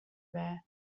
bear